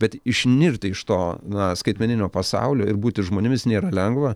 bet išnirti iš to na skaitmeninio pasaulio ir būti žmonėmis nėra lengva